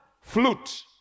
flute